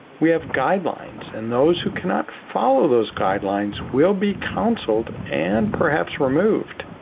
we have guidelines and those who cannot follow those guidelines will be counseled and perhaps removed.